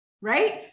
right